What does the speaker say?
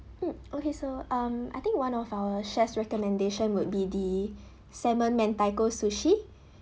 mm okay so um I think one of our chef's recommendation would be the salmon mentaiko sushi